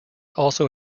also